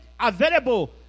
available